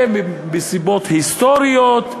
מסיבות היסטוריות,